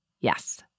yes